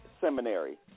Seminary